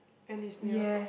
and it's near